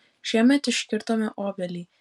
šiemet iškirtome obelį